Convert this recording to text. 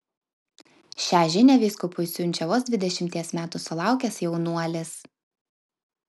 šią žinią vyskupui siunčia vos dvidešimties metų sulaukęs jaunuolis